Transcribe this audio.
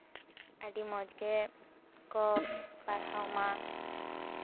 ᱟᱹᱰᱤ ᱢᱚᱡᱽ ᱜᱮᱠᱚ ᱯᱟᱲᱦᱟᱣ ᱢᱟ